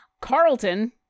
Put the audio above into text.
Carlton